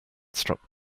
struck